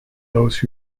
those